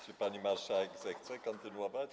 Czy pani marszałek zechce kontynuować?